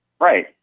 Right